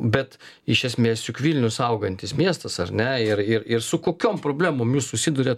bet iš esmės juk vilnius augantis miestas ar ne ir ir ir su kokiom problemom jūs susiduriat